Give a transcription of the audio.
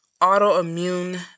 autoimmune